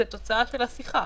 זו תוצאה של השיחה.